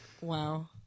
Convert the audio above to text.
Wow